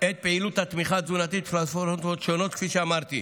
את פעילות התמיכה התזונתית בפלטפורמות השונות כפי שאמרתי.